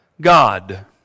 God